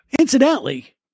Incidentally